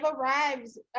arrives